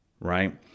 right